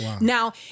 Now